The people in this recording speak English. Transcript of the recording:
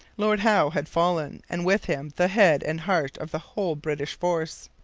lord howe had fallen, and, with him, the head and heart of the whole british force.